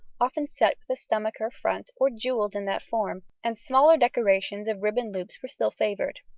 often set with a stomacher front or jewelled in that form, and smaller decorations of ribbon loops were still favoured.